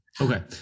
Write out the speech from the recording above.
Okay